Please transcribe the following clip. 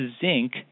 zinc